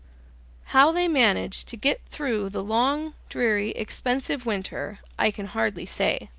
how they managed to get through the long dreary expensive winter, i can hardly say.